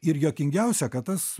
ir juokingiausia kad tas